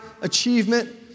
achievement